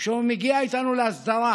שכשהוא מגיע איתנו להסדרה